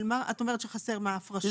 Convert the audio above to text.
מה את אומרת שחסר, הפרשות?